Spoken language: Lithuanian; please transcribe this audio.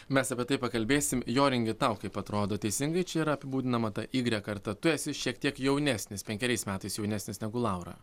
mes apie tai pakalbėsim joringi tau kaip atrodo teisingai čia yra apibūdinama ta igrek kartą tu esi šiek tiek jaunesnis penkeriais metais jaunesnis negu laura